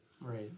Right